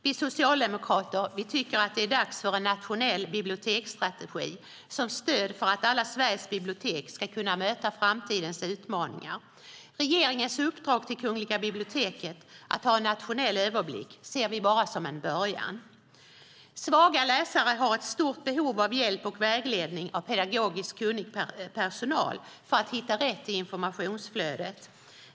Vi socialdemokrater tycker att det är dags för en nationell biblioteksstrategi som stöd för att alla Sveriges bibliotek ska kunna möta framtidens utmaningar. Regeringens uppdrag till Kungliga biblioteket att ha en nationell överblick ser vi bara som en början. Svaga läsare har ett stort behov av hjälp och vägledning av pedagogiskt kunnig bibliotekspersonal för att hitta rätt i informationsflödet.